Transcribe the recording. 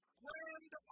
grand